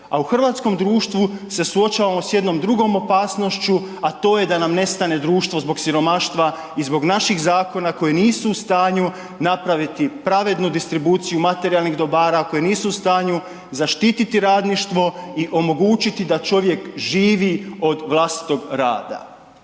A u hrvatskom društvu se suočavamo sa jednom drugom opasnošću a to je da nam nestane društvo zbog siromaštva i zbog naših zakona koji nisu u stanju napraviti pravednu distribuciju materijalnih dobara, koje nisu u stanju zaštiti radništvo i omogućiti da čovjek živi od vlastitog rada.